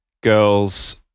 girls